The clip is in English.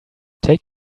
take